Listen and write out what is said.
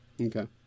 Okay